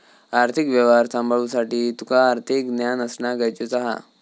आर्थिक व्यवहार सांभाळुसाठी तुका आर्थिक ज्ञान असणा गरजेचा हा